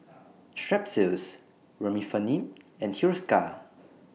Strepsils Remifemin and Hiruscar